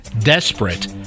desperate